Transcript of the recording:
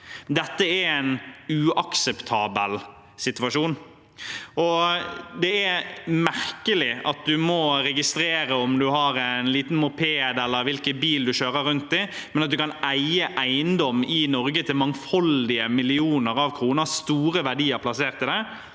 Dette er en uakseptabel situasjon. Det er merkelig at en må registrere om en har en liten moped, eller hvilken bil en kjører rundt i, men at en kan eie eiendom i Norge til mangfoldige millioner av kroner, ha store verdier plassert i det,